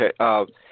Okay